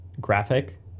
graphic